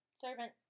servant